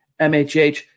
MHH